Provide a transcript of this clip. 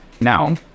Now